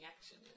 action